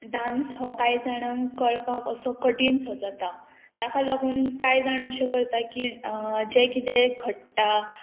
dance हो कांय जाणांक कळपाक असो कठीण सो जाता ताका लागून कांय जाणां अशें करता की जें किदें घडटा